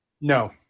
No